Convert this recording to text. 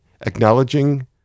acknowledging